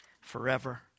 forever